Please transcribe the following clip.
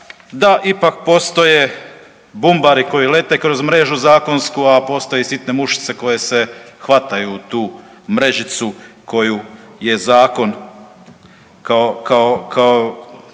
da ipak postoje bumbari koji lete kroz mrežu zakonsku, a postoje i sitne mušice koje se hvataju tu mrežicu koju je zakon kao